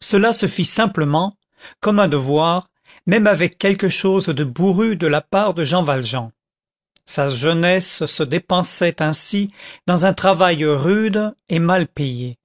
cela se fit simplement comme un devoir même avec quelque chose de bourru de la part de jean valjean sa jeunesse se dépensait ainsi dans un travail rude et mal payé